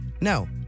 No